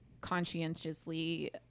conscientiously